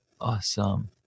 Awesome